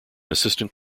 assistant